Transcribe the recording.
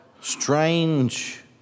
strange